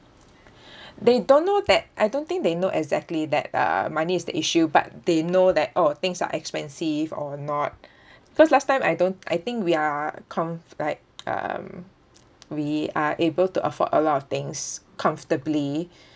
they don't know that I don't think they know exactly that uh money is the issue but they know that oh things are expensive or not because last time I don't I think we are comf~ right um we are able to afford a lot of things comfortably